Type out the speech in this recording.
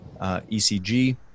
ECG